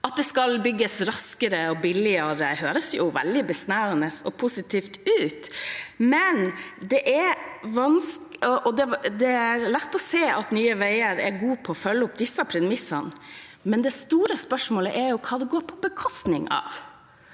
At det skal bygges raskere og billigere, høres jo veldig besnærende og positivt ut, og det er lett å se at Nye veier er gode på å følge opp disse premissene, men det store spørsmålet er hva det går på bekostning av.